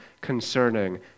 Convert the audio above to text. concerning